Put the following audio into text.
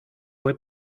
fue